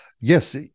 Yes